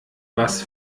was